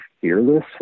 fearless